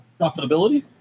profitability